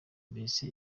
mbese